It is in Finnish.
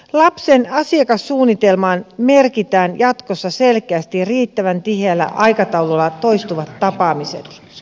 lapsen asiakassuunnitelmaan merkitään jatkossa selkeästi riittävän tiheällä aikataululla toistuvat tapaamiset